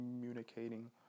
communicating